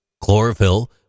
Chlorophyll